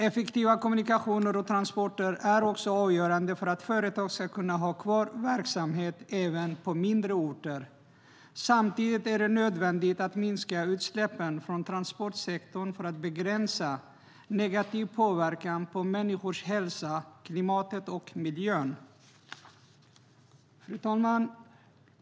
Effektiva kommunikationer och transporter är också avgörande för att företag ska kunna ha kvar verksamhet även på mindre orter. Samtidigt är det nödvändigt att minska utsläppen från transportsektorn för att begränsa negativ påverkan på människors hälsa, klimatet och miljön. Fru talman!